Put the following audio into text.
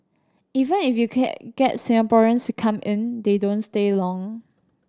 even if you can get Singaporeans to come in they don't stay long